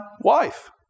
wife